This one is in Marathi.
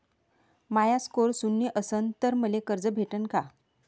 माया स्कोर शून्य असन तर मले कर्ज भेटन का?